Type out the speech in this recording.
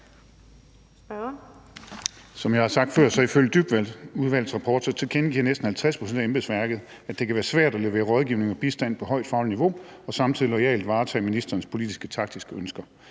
Som jeg har sagt før, tilkendegiver næsten 50 pct. af embedsværket ifølge Dybvadudvalgets rapport, at det kan være svært at levere rådgivning og bistand på højt fagligt niveau og samtidig loyalt varetage ministerens politisk-taktiske ønsker.